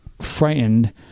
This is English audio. frightened